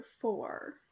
four